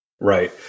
Right